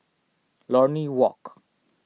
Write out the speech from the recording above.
Lornie Walk